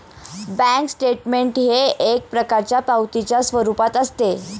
bank statement हे एक प्रकारच्या पावतीच्या स्वरूपात असते